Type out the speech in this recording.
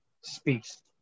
speaks